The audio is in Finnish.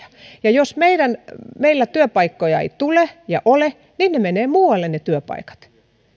ja jos meillä työpaikkoja ei tule ja ole niin ne työpaikat menevät muualle